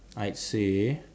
I'd say